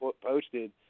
posted